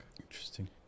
Interesting